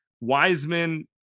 Wiseman